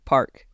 Park